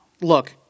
Look